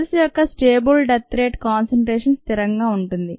cells యొక్క stable death rate concentration స్థిరంగా ఉంటుంది